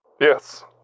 Yes